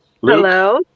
Hello